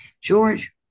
George